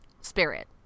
spirit